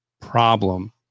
problem